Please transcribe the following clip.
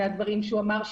מהדברים שהוא אמר,